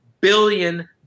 billion